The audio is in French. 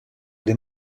des